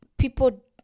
people